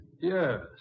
Yes